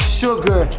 sugar